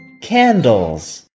candles